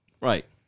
Right